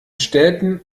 städten